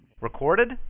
Recorded